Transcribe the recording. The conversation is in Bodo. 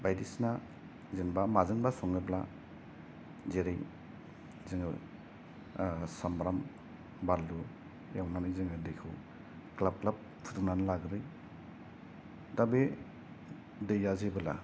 बायदिसिना जेन'बा माजोंबा सङोब्ला जेरै जोङो सामब्राम बानलु एवनानै जोङो दैखौ ग्लाब ग्लाब फुदुंना लागोरयो दा बे दैआ जेब्ला